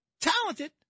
talented